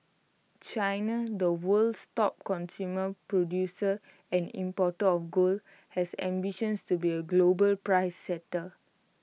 China the world's top consumer producer and importer of gold has ambitions to be A global price setter